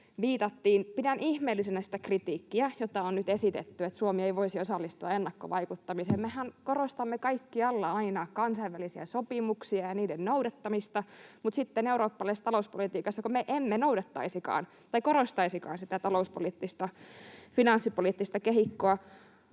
Pidän ihmeellisenä sitä kritiikkiä, jota on nyt esitetty, että Suomi ei voisi osallistua ennakkovaikuttamiseen. Mehän korostamme kaikkialla aina kansainvälisiä sopimuksia ja niiden noudattamista, mutta eurooppalaisessa talouspolitiikassako me emme sitten noudattaisikaan tai korostaisikaan sitä talouspoliittista, finanssipoliittista kehikkoa?